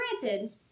granted